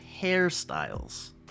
hairstyles